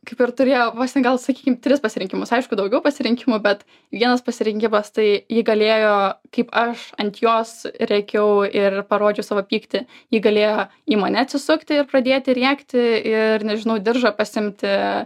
kaip ir turėjo vos ne gal sakykim tris pasirinkimus aišku daugiau pasirinkimų bet vienas pasirinkimas tai ji galėjo kaip aš ant jos rėkiau ir parodžiau savo pyktį ji galėjo į mane atsisukti ir pradėti rėkti ir nežinau diržo pasiimti